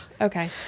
okay